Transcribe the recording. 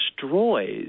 destroys